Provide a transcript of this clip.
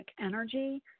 energy